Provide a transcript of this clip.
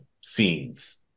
scenes